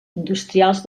industrials